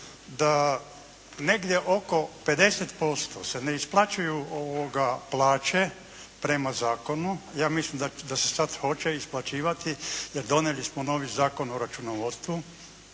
da negdje oko 50% se ne isplaćuju plaće prema Zakonu ja mislim da se sad hoće isplaćivati, donijeli smo novi Zakon o računovodstvu